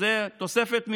זו תוספת ממני.